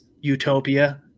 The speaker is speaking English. utopia